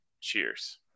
Cheers